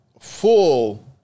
full